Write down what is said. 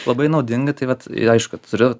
labai naudinga tai vat aišku turiu